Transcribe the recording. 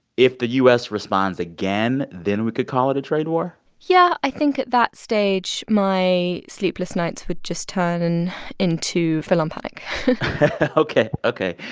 if the u s. responds again, then we could call it a trade war yeah. i think at that stage, my sleepless nights would just turn into full-on panic ok. ok.